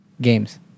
games